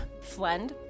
Flend